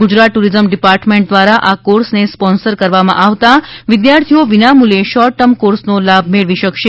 Gujarat tourism department દ્વારા આ કોર્સને સ્પોન્સર્સ કરવામાં આવતાં વિદ્યાર્થીઓ વિનામૂલ્ચે શોર્ટ ટર્મ કોર્સનો લાભ મેળવી શકશે